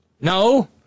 No